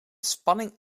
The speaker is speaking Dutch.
spanning